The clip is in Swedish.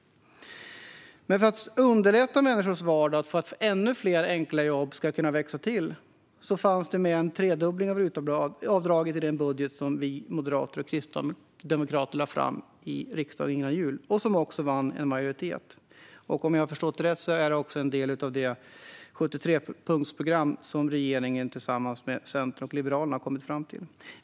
Men för att underlätta människors vardag och för att ännu fler enkla jobb ska kunna växa till fanns det en tredubbling av RUT-avdraget i den budget som moderater och kristdemokrater lade fram i riksdagen före jul och som också vann en majoritet. Om jag har förstått det rätt är det även en del av det 73-punktsprogram som regeringen tillsammans med Centern och Liberalerna har kommit fram till.